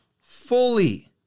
fully